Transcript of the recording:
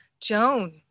Joan